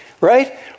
right